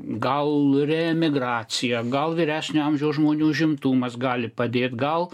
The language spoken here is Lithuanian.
gal re emigracija gal vyresnio amžiaus žmonių užimtumas gali padėt gal